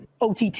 OTT